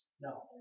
No